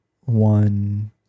one